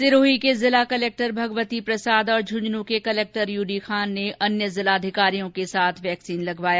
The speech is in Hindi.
सिरोही के जिला कलेक्टर भगवती प्रसाद और झंझनू के कलेक्टर यूडी खान ने अन्य जिलाधिकारियों के साथ वैक्सीन लगवाया